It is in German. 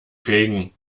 fegen